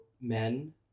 men